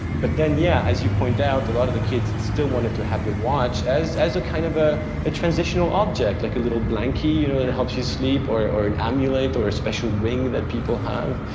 but then yeah, as you pointed out, a lot of the kids still wanted to have the watch as as a kind of a a transitional object like a little blanky, you know that helps you sleep or or an amulet or a special ring that people have.